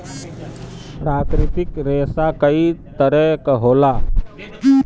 प्राकृतिक रेसा कई तरे क होला